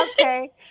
Okay